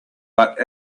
but